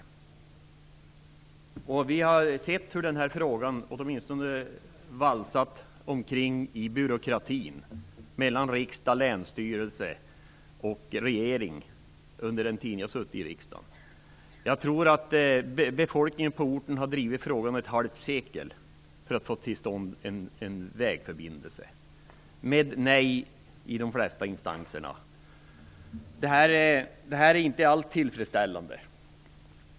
Under den tid jag har suttit i riksdagen har jag sett hur den här frågan har valsat omkring i byråkratin mellan riksdagen, länsstyrelsen och regeringen. Jag tror att befolkningen på orten har drivit frågan om att få till stånd en vägförbindelse i ett halvt sekel. Svaret har varit nej i de flesta instanserna. Det här är inte alls tillfredsställande.